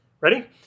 Ready